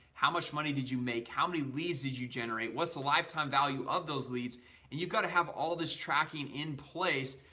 how much money did you make how many leaves did you generate? what's the lifetime value of those leads and you've got to have all this tracking in place?